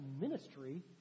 ministry